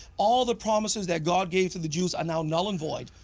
all the promises that god gave to the jews are now null and void,